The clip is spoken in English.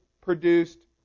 produced